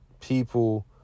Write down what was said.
people